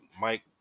Mike